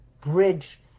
bridge